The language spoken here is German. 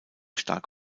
stark